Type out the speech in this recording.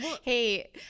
hey